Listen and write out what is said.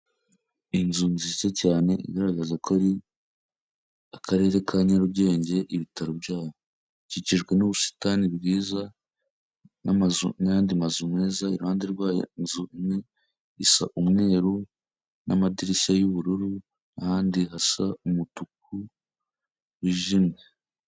Inzu nziza cyane igaragaza ko ari akarere ka Nyarugenge, ibitaro byayo. Kikijwe n'ubusitani bwiza n'andi mazu meza, iruhande rwayo hari inzu imwe isa umweru n'amadirishya y'ubururu ahandi hasa umutuku wijimye.